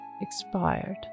expired